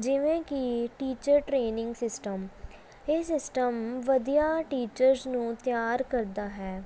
ਜਿਵੇਂ ਕਿ teacher training system ਇਹ ਸਿਸਟਮ ਵਧੀਆ ਟੀਚਰਸ ਨੂੰ ਤਿਆਰ ਕਰਦਾ ਹੈ